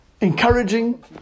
encouraging